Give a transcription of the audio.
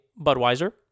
Budweiser